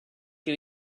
you